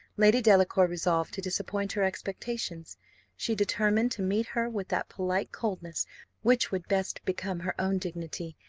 lady delacour resolved to disappoint her expectations she determined to meet her with that polite coldness which would best become her own dignity,